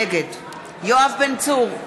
נגד יואב בן צור,